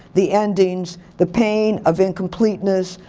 the endings, the pain of incompleteness,